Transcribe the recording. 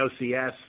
OCS